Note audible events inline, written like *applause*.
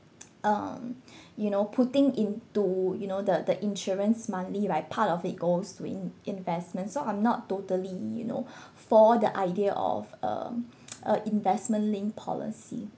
*noise* um you know putting into you know the the insurance monthly right part of it goes to in investment so I'm not totally you know for the idea of um a investment-linked policy